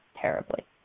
terribly